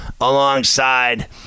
alongside